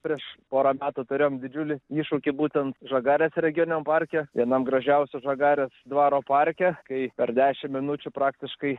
prieš porą metų turėjom didžiulį iššūkį būtent žagarės regioniniam parke vienam gražiausių žagarės dvaro parke kai per dešimt minučių praktiškai